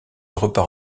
repart